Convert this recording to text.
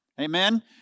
Amen